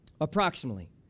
approximately